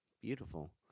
Beautiful